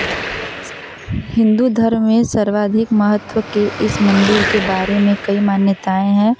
हिन्दू धर्म में सर्वाधिक महत्व के इस मंदिर के बारे में कई मान्यताएँ हैं